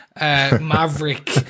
maverick